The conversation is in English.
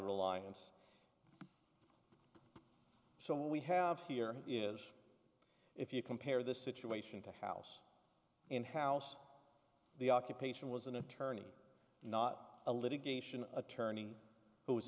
reliance so what we have here is if you compare this situation to house and house the occupation was an attorney not a litigation attorney who was